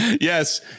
yes